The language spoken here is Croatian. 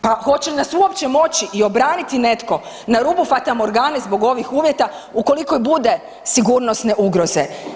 Pa hoće li nas uopće moći i obraniti netko na rubu fatamorgane zbog ovih uvjeta ukoliko i bude sigurnosne ugroze?